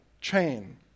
chain